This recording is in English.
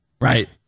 right